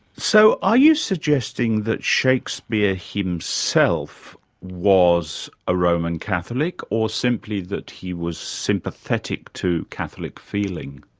so, are you suggesting that shakespeare himself was a roman catholic, or simply that he was sympathetic to catholic feeling?